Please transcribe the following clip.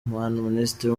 minisitiri